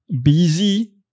busy